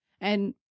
and-